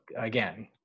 again